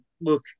Look